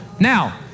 now